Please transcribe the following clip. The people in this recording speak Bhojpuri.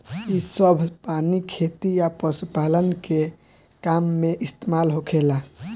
इ सभ पानी खेती आ पशुपालन के काम में इस्तमाल होखेला